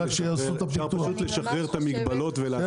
אפשר פשוט לשחרר את המגבלות -- כן,